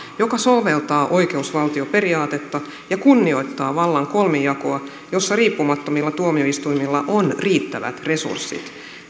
joka soveltaa oikeusvaltioperiaatetta ja kunnioittaa vallan kolmijakoa jossa riippumattomilla tuomioistuimilla on riittävät resurssit